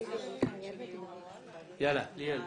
ליאל: